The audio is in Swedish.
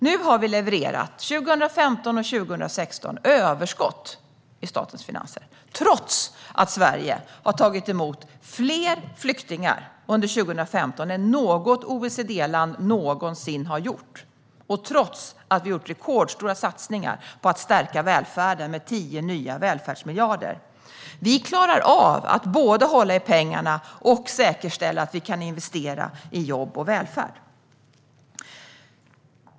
Nu har vi, 2015 och 2016, levererat överskott i statens finanser trots att Sverige tog emot fler flyktingar under 2015 än något OECD-land någonsin har gjort, och trots att vi gjort rekordstora satsningar på att stärka välfärden med 10 nya välfärdsmiljarder. Vi klarar av att både hålla i pengarna och säkerställa att vi kan investera i jobb och välfärd.